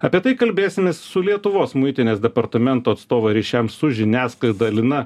apie tai kalbėsimės su lietuvos muitinės departamento atstovą ryšiams su žiniasklaida lina